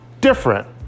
different